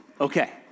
Okay